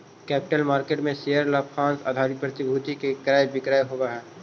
capital market में भी share लाभांश आधारित प्रतिभूति के क्रय विक्रय होवऽ हई